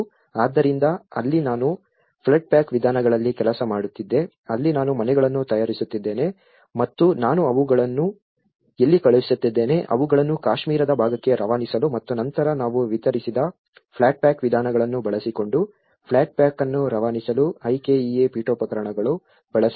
ಆದ್ದರಿಂದ ಅಲ್ಲಿ ನಾನು ಫ್ಲಡ್ ಪ್ಯಾಕ್ ವಿಧಾನಗಳಲ್ಲಿ ಕೆಲಸ ಮಾಡುತ್ತಿದ್ದೆ ಅಲ್ಲಿ ನಾನು ಮನೆಗಳನ್ನು ತಯಾರಿಸುತ್ತಿದ್ದೇನೆ ಮತ್ತು ನಾನು ಅವುಗಳನ್ನು ಎಲ್ಲಿ ಕಳುಹಿಸುತ್ತಿದ್ದೇನೆ ಅವುಗಳನ್ನು ಕಾಶ್ಮೀರದ ಭಾಗಕ್ಕೆ ರವಾನಿಸಲು ಮತ್ತು ನಂತರ ನಾವು ವಿತರಿಸಿದ ಫ್ಲಾಟ್ ಪ್ಯಾಕ್ ವಿಧಾನಗಳನ್ನು ಬಳಸಿಕೊಂಡು ಫ್ಲಾಟ್ ಪ್ಯಾಕ್ ಅನ್ನು ರವಾನಿಸಲು IKEA ಪೀಠೋಪಕರಣಗಳು ಬಳಸಿದೆ